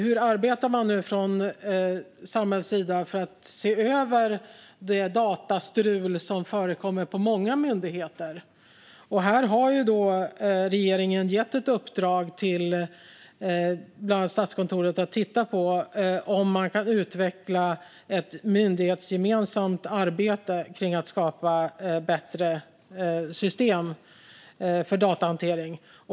Hur arbetar man nu från samhällets sida för att se över det datastrul som förekommer på många myndigheter? Här har regeringen gett ett uppdrag till bland annat Statskontoret att titta på om man kan utveckla ett myndighetsgemensamt arbete för att skapa bättre system för datahantering.